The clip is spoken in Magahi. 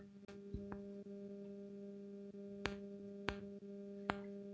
का ई सच हई कि पोस्ट ऑफिस में बिना जोखिम के ब्याज दर लागी योजना हई?